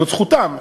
זאת זכותם.